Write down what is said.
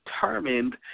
determined